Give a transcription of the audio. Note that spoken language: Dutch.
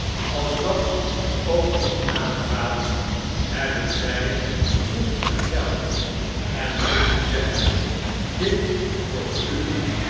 als dat ook niet aangaat hebben zij goed en geld en kunnen zeggen dit voor u